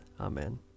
Amen